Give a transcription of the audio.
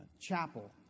chapel